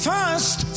First